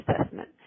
assessment